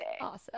awesome